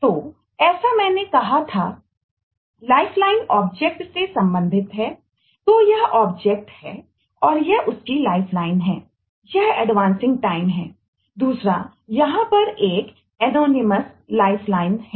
तो ऐसा मैंने कहा था लाइफलाइन है